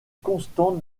constante